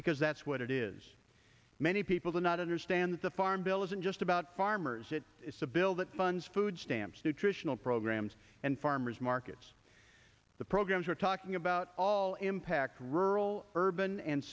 because that's what it is many people do not understand that the farm bill isn't just about farmers it is a bill that funds food stamps nutritional programs and farmers markets the programs we're talking about all impact rural urban and